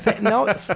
no